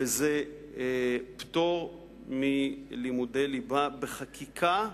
וזה פטור מלימודי ליבה, בחקיקה,